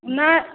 नहि